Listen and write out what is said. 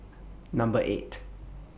Number eight